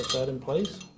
that in place.